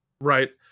right